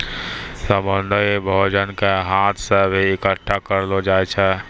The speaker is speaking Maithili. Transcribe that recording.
समुन्द्री भोजन के हाथ से भी इकट्ठा करलो जाय छै